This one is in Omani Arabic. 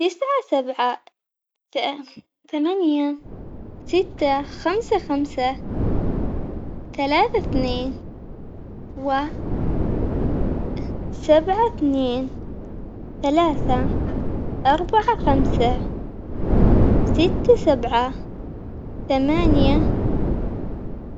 تسعة سبعة ث- ثمانية ستة خمسة خمسة ثلاثة اثنين و- سبعة اثنين ثلاثة أربعة خمسة ستة سبعة ثمانية.